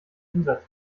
umsatz